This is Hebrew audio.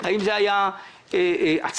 זה היה בימים שהיה שיתוף פעולה בין